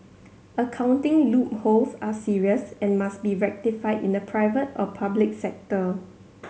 accounting loopholes are serious and must be rectified in the private or public sector